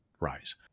RISE